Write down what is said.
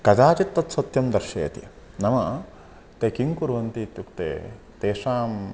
कदाचित् तत् सत्यं दर्शयति नाम ते किं कुर्वन्ति इत्युक्ते तेषाम्